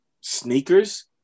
sneakers